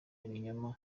ibinyoma